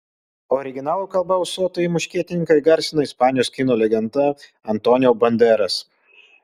originalo kalba ūsuotąjį muškietininką įgarsina ispanijos kino legenda antonio banderas